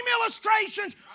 illustrations